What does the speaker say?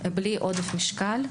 בלי עודף משקל,